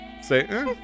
say